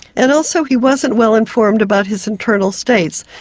and also he wasn't well-informed about his internal states.